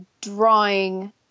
drawing